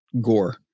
Gore